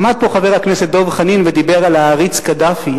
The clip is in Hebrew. עמד פה חבר הכנסת דב חנין ודיבר על העריץ קדאפי.